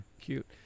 Cute